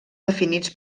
definits